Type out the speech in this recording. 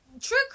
True